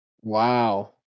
Wow